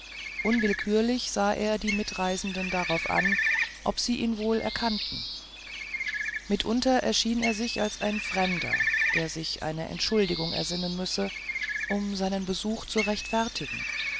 unwillkürlich sah er die mitreisenden darauf an ob sie ihn wohl erkannten mitunter erschien er sich als ein fremder der sich eine entschuldigung ersinnen müsse um seinen besuch zu rechtfertigen